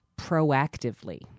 proactively